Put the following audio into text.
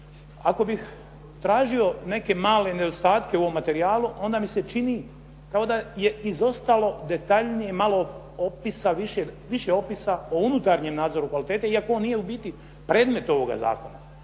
Ako bih tražio neke male nedostatke u ovom materijalu onda mi se čini kao da je izostalo detaljnije malo opisa, više opisa o unutarnjem nadzoru kvalitete iako on nije u biti predmet ovoga zakona.